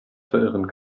verirren